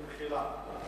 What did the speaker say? במחילה.